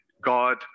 God